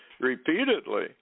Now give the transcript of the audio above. repeatedly